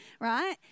right